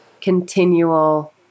continual